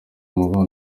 mugoroba